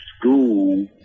school